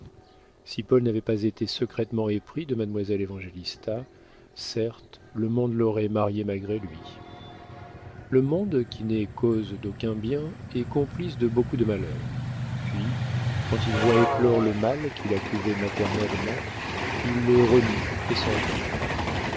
si paul n'avait pas été secrètement épris de mademoiselle évangélista certes le monde l'aurait marié malgré lui le monde qui n'est cause d'aucun bien est complice de beaucoup de malheurs puis quand il voit éclore le mal qu'il a couvé maternellement il le renie et s'en venge